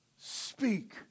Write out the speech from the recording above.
Speak